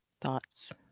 thoughts